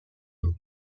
dos